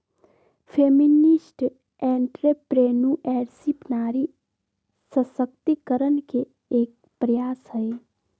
feminist entrepreneurship नारी सशक्तिकरण के एक प्रयास हई